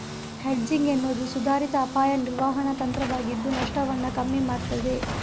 hedging ಎನ್ನುವುದು ಸುಧಾರಿತ ಅಪಾಯ ನಿರ್ವಹಣಾ ತಂತ್ರವಾಗಿದ್ದು ನಷ್ಟವನ್ನ ಕಮ್ಮಿ ಮಾಡ್ತದೆ